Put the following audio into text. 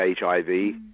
hiv